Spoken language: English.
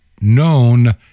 known